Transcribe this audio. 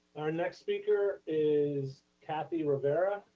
our next speaker is kathy rivera.